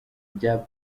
bya